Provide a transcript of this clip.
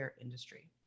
industry